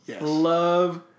Love